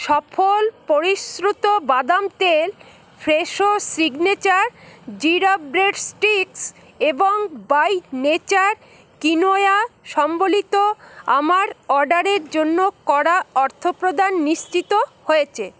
সফল পরিশ্রুত বাদাম তেল ফ্রেশো সিগনেচার জিরা ব্রেড স্টিক্স এবং বাই নেচার কিনোয়য়া সম্বলিত আমার অর্ডারের জন্য করা অর্থপ্রদান নিশ্চিত হয়েছে